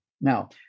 Now